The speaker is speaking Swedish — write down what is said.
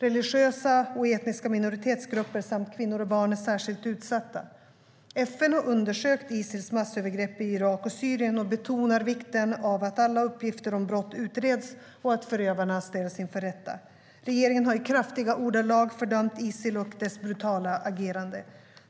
Religiösa och etniska minoritetsgrupper samt kvinnor och barn är särskilt utsatta. FN har undersökt Isils massövergrepp i Irak och Syrien och betonar vikten av att alla uppgifter om brott utreds och att förövarna ställs inför rätta. Regeringen har i kraftiga ordalag fördömt Isil och dess brutala agerande.